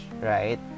right